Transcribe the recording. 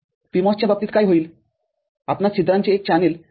PMOS च्या बाबतीत काय होईलआपणास छिद्रांचे एक चॅनेल तयार करायचे आहे